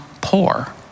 poor